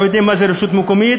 אנחנו יודעים מה זה רשות מקומית